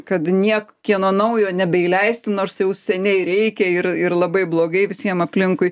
kad niek kieno naujo nebeįleisti nors jau seniai reikia ir ir labai blogai visiem aplinkui